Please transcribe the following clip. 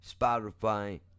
Spotify